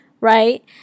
right